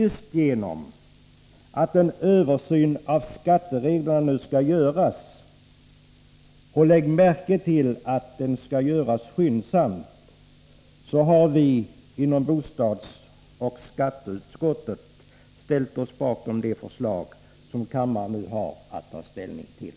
Eftersom en översyn av skattereglerna nu skall göras — och lägg märke till att den skall göras skyndsamt — har vi inom bostadsoch skatteutskotten ställt oss bakom det förslag som kammaren nu har att ta ställning till.